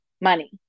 money